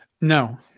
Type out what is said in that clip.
No